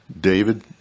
David